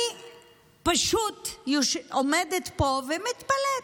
אני פשוט עומדת פה ומתפלאת.